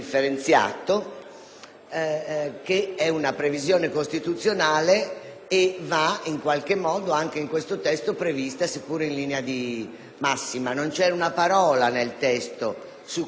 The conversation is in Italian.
che è una previsione costituzionale e che va in qualche modo prevista anche in questo testo, seppure in linea di massima. Non c'è una parola nel testo su tale